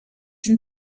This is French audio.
une